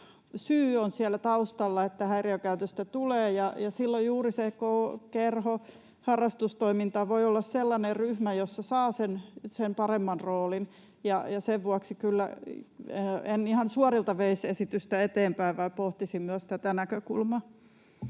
siellä taustalla, että häiriökäytöstä tulee, ja silloin juuri se kerho, harrastustoiminta voi olla sellainen ryhmä, jossa saa sen paremman roolin. Sen vuoksi kyllä en ihan suorilta veisi esitystä eteenpäin, vaan pohtisin myös tätä näkökulmaa.